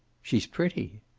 she's pretty.